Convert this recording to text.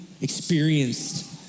experienced